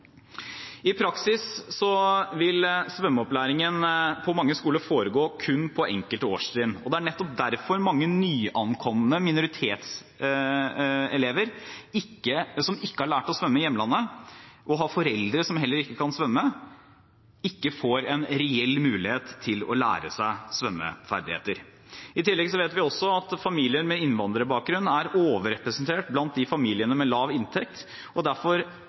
I praksis vil svømmeopplæringen på mange skoler foregå kun på enkelte årstrinn. Det er nettopp derfor mange nyankomne minoritetselever som ikke har lært å svømme i hjemlandet, og som har foreldre som heller ikke kan svømme, ikke får en reell mulighet til å lære seg svømmeferdigheter. I tillegg vet vi at familier med innvandrerbakgrunn er overrepresentert blant familier med lav inntekt og derfor